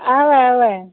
اَوا اَوا